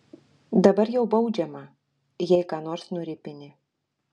dabar jau baudžiama jei ką nors nuripini